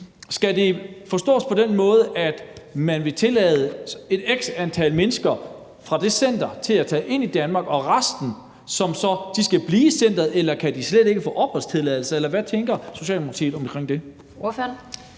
Skal det forstås på den måde, at man vil tillade x antal mennesker fra det center at komme ind i Danmark, og resten skal så blive i centeret, eller kan de slet ikke få opholdstilladelse, eller hvad tænker Socialdemokratiet om det?